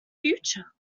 future